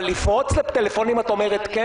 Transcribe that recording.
אבל לפרוץ לטלפונים את אומרת לא?